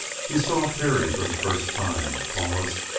he saw terry for the first time, paused,